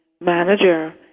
manager